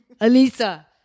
Alisa